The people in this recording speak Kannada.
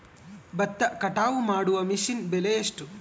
ಭತ್ತ ಕಟಾವು ಮಾಡುವ ಮಿಷನ್ ಬೆಲೆ ಎಷ್ಟು?